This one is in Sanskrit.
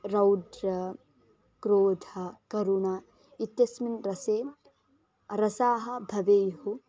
रौद्रं क्रोधः करुण इत्यस्मिन् रसे रसाः भवेयुः